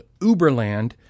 Uberland